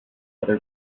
other